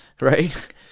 right